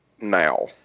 now